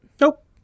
Nope